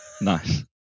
nice